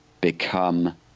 become